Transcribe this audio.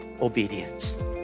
obedience